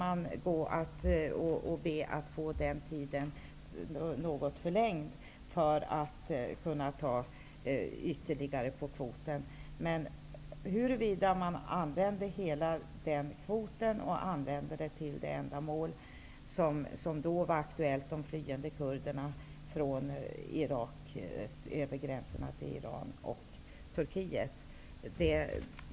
Man skulle då be att få fristen något förlängd för att kunna utnyttja kvoten ytterligare. Jag har inte kollat huruvida slutresultatet blivit att man har använt hela kvoten för det ändamål som var aktuellt, dvs. för att ta emot kurder som flydde från Irak över gränserna till Iran och Turkiet.